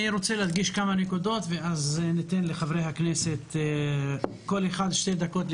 אני רוצה להדגיש כמה נקודות ואז ניתן לחברי הכנסת להתייחס.